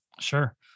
Sure